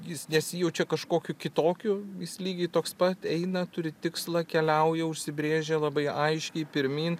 jis nesijaučia kažkokiu kitokiu jis lygiai toks pat eina turi tikslą keliauja užsibrėžė labai aiškiai pirmyn